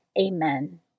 Amen